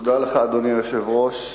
אדוני היושב-ראש,